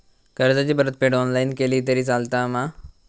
कर्जाची परतफेड ऑनलाइन केली तरी चलता मा?